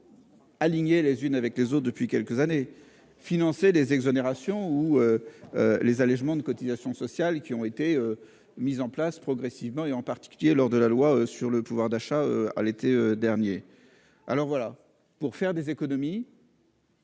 été. Alignées les unes avec les autres depuis quelques années, financer les exonérations ou. Les allégements de cotisations sociales qui ont été mises en place progressivement et en particulier lors de la loi sur le pouvoir d'achat à l'été dernier. Alors voilà pour faire des économies.